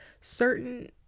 Certain